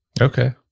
okay